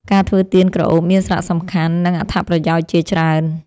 ការធ្វើទៀនក្រអូបមានសារៈសំខាន់ និងអត្ថប្រយោជន៍ជាច្រើន។